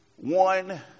One